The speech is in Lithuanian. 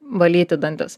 valyti dantis